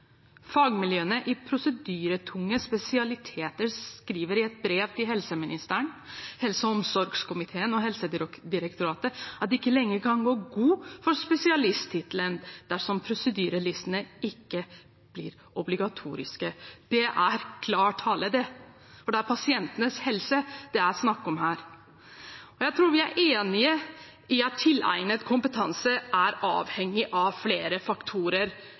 Fagmiljøene i prosedyretunge spesialiteter skriver i et brev til helseministeren, helse- og omsorgskomiteen og Helsedirektoratet at de ikke lenger kan gå god for spesialisttittelen dersom prosedyrelistene ikke blir obligatoriske. Det er klar tale, for det er pasientenes helse det er snakk om. Jeg tror vi er enige om at tilegnet kompetanse avhenger av flere faktorer